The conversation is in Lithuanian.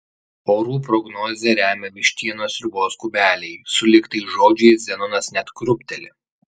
orų prognozę remia vištienos sriubos kubeliai sulig tais žodžiais zenonas net krūpteli